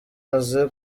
amaze